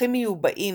מפרחים מיובאים,